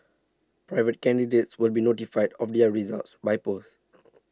private candidates will be notified of their results by post